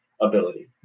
ability